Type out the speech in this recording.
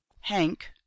hank